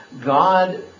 God